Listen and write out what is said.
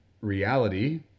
reality